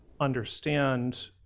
understand